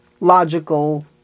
logical